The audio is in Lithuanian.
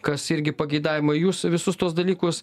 kas irgi pageidavimai jūs visus tuos dalykus